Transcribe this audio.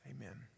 Amen